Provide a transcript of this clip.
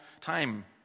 time